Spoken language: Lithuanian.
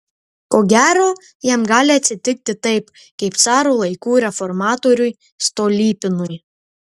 ko gero jam gali atsitikti taip kaip caro laikų reformatoriui stolypinui